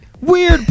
weird